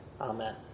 Amen